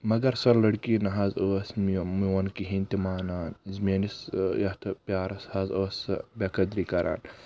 مگر سۄ لڑکی نہ حظ ٲس میون کیہنۍ تہِ مانان میٲنِس یتھ پیارس حظ ٲس سۄ بےٚ قدری کران